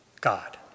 God